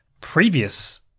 previous